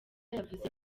yavuze